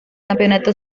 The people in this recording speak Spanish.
campeonato